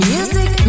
Music